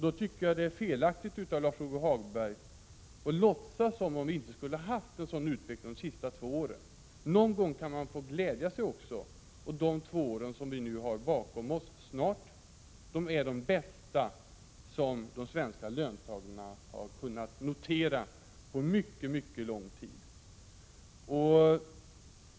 Då tycker jag det är felaktigt av Lars-Ove Hagberg att låtsas som om vi inte skulle ha haft en sådan utveckling under de senaste två åren. Någon gång kan man också få glädja sig, och de två år som vi nu snart har bakom oss är de bästa som de svenska löntagarna har kunnat notera på mycket lång tid.